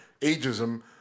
ageism